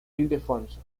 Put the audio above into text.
ildefonso